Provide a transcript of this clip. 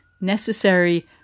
necessary